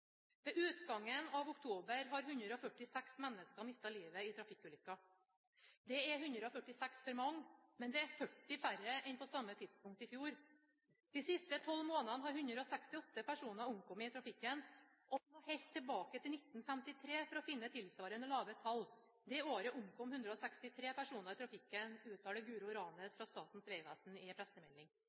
Ved utgangen av oktober har 146 mennesker mistet livet i trafikkulykker. Det er 146 for mange, men det er 40 færre enn på samme tidspunkt i fjor. De siste tolv måneder har 168 personer omkommet i trafikken. «Vi må helt tilbake til 1953 for å finne tilsvarende lave tall. Det året omkom 163 personer i trafikken», uttaler Guro Ranes fra Statens vegvesen i en pressemelding.